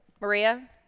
Maria